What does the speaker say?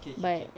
K K K